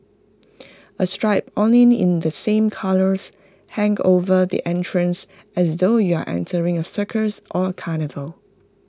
A striped awning in the same colours hang over the entrance as though you are entering A circus or carnival